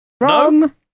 Wrong